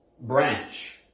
branch